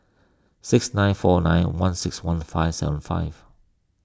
six nine four nine one six one five seven five